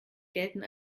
gelten